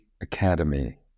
Academy